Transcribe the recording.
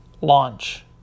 launch